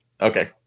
Okay